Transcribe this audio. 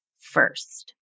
first